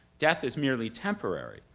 death is merely temporary,